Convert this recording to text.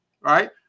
right